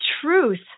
truth